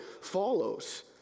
follows